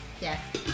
yes